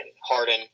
Harden